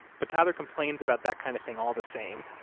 but tyler complains about that kind of thing all the same,